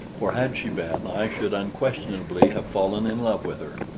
for had she been, i should unquestionably have fallen in love with her.